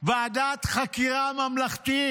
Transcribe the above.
ועדת חקירה ממלכתית.